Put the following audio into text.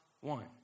one